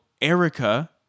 Erica